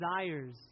desires